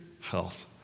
health